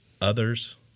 others